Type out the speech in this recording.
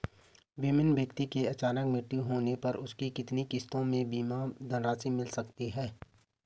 बीमित व्यक्ति के अचानक मृत्यु होने पर उसकी कितनी किश्तों में बीमा धनराशि मिल सकती है?